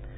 निर्णय